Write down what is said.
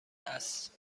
است